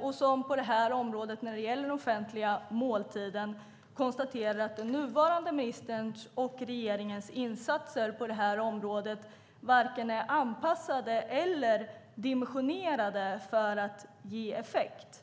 och som på detta område, som gäller den offentliga måltiden, konstaterar att den nuvarande ministerns och regeringens insatser på detta område varken är anpassade eller dimensionerade för att ge effekt.